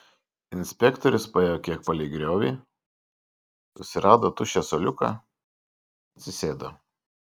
inspektorius paėjo kiek palei griovį susirado tuščią suoliuką atsisėdo